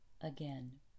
again